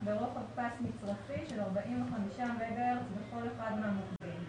ברוחב פס מצרפי של 45 מגה-הרץ בכל אחד מהמוקדים.